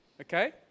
Okay